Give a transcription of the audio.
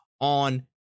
on